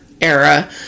era